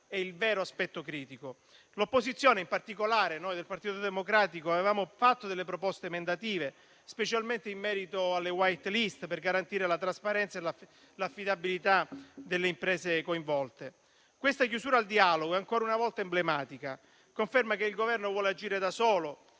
è il vero aspetto critico. L'opposizione - in particolare noi del Partito Democratico - aveva fatto delle proposte emendative, specialmente in merito alle *white list*, per garantire la trasparenza e l'affidabilità delle imprese coinvolte. Questa chiusura al dialogo è ancora una volta emblematica e conferma che il Governo vuole agire da solo,